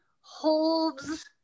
holds